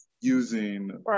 using-